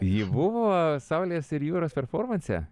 ji buvo saulės ir jūros performanse